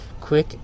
quick